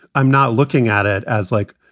i'm not looking at it as like,